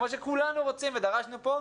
כמו שכולנו רוצים ודרשנו כאן,